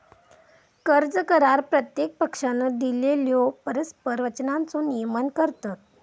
कर्ज करार प्रत्येक पक्षानं दिलेल्यो परस्पर वचनांचो नियमन करतत